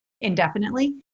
indefinitely